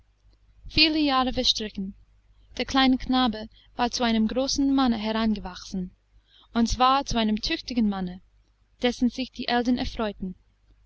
viele jahre verstrichen der kleine knabe war zu einem großen manne herangewachsen und zwar zu einem tüchtigen manne dessen sich die eltern erfreuten